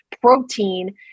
protein